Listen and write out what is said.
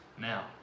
Now